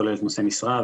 כולל נושאי משרה,